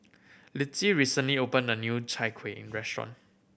Litzy recently opened a new Chai Kueh restaurant